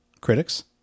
critics